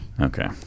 Okay